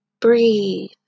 Breathe